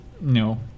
no